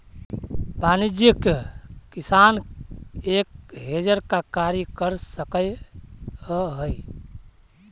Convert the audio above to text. वाणिज्यिक किसान एक हेजर का कार्य कर सकअ हई